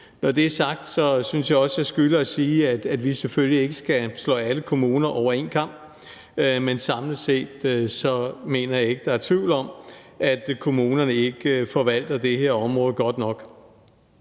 Når det er sagt, synes jeg også, jeg skylder at sige, at vi selvfølgelig ikke skal skære alle kommuner over én kam. Men samlet set mener jeg ikke, der er tvivl om, at kommunerne ikke forvalter det her område godt nok.